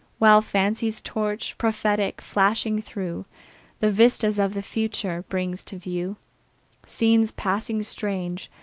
while fancy's torch, prophetic, flashing through the vistas of the future, brings to view scenes passing strange,